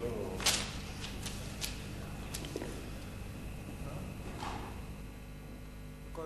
הכול